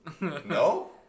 No